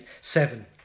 Seven